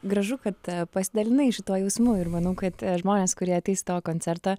gražu kad pasidalinai šituo jausmu ir manau kad žmonės kurie ateis į tavo koncertą